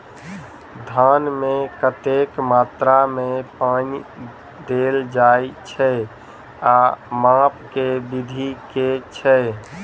धान मे कतेक मात्रा मे पानि देल जाएँ छैय आ माप केँ विधि केँ छैय?